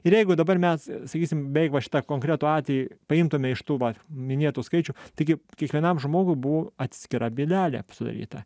ir jeigu dabar mes sakysim beje šitą konkretų atvejį paimtume iš tų va minėtų skaičių taigi kiekvienam žmogui buvo atskira bylelė sudaryta